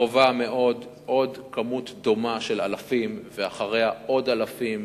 עוד מספר דומה של אלפים, ואחריו עוד אלפים.